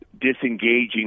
Disengaging